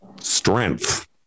Strength